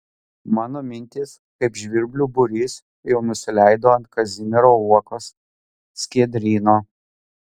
mano mintys kaip žvirblių būrys jau nusileido ant kazimiero uokos skiedryno